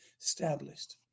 established